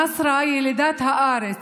נאסרה היא ילידת הארץ,